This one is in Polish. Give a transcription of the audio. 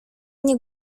nie